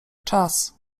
czas